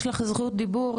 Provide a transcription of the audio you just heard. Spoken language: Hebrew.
יש לך זכות דיבור,